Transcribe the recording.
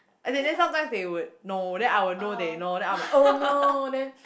as in then sometimes they would know then I would know they know then I'm like oh no then